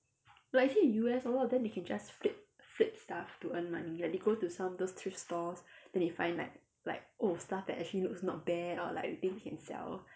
like you see U_S a lot of them they can just flip flip stuff to earn money like they go to some those thrift stores then they find like like old stuff that actually looks not bad or like think can sell